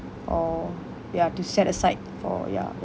or ya to set aside for ya